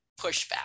pushback